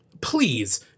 Please